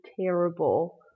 terrible